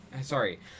Sorry